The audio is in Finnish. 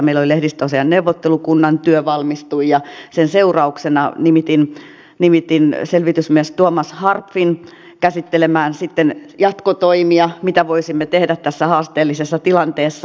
meillä lehdistöasiain neuvottelukunnan työ valmistui ja sen seurauksena nimitin selvitysmies tuomas harpfin käsittelemään sitten jatkotoimia mitä voisimme tehdä tässä haasteellisessa tilanteessa